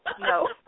No